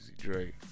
Dre